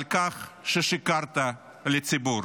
לכך ששיקרת לציבור.